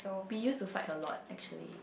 we use to fight a lot actually